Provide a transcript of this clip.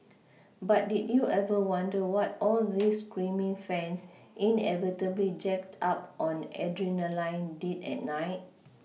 but did you ever wonder what all these screaming fans inevitably jacked up on adrenaline did at night